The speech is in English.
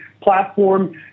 platform